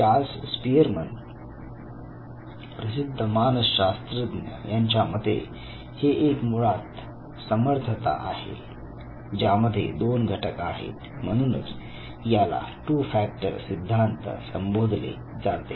Charles Spearman प्रसिद्ध मानसशास्त्रज्ञ यांच्या मते हे एक मुळात समर्थता आहे ज्यामध्ये दोन घटक आहेत म्हणूनच याला टू फॅक्टर सिद्धांत संबोधले जाते